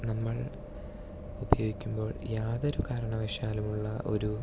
നമ്മൾ ഉപയോഗിക്കുമ്പോൾ യാതൊരു കാരണവശാലുമുള്ള ഒരു